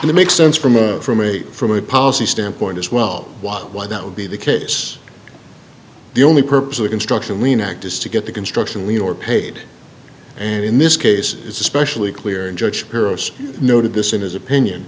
and it makes sense from a from a from a policy standpoint as well why that would be the case the only purpose of the construction lien act is to get the construction lead or paid and in this case it's especially clear and judge heroes noted this in his opinion